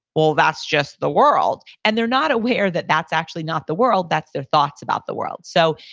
well that's just the world, and they're not aware that that's actually not the world, that's their thoughts about the world so,